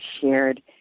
shared